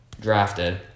drafted